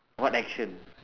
what action